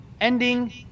ending